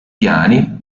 piani